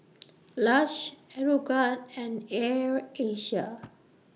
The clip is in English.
Lush Aeroguard and Air Asia